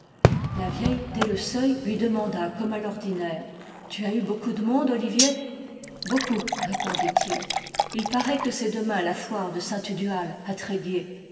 la vieille dès le seuil lui demanda comme à l'ordinaire tu as eu beaucoup de monde olivier beaucoup répondit-il il paraît que c'est demain la foire de